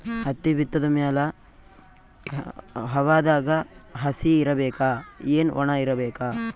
ಹತ್ತಿ ಬಿತ್ತದ ಮ್ಯಾಲ ಹವಾದಾಗ ಹಸಿ ಇರಬೇಕಾ, ಏನ್ ಒಣಇರಬೇಕ?